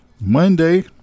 monday